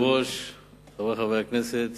חבר הכנסת